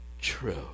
true